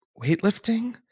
weightlifting